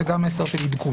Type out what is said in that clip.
זה גם מסר של עדכון.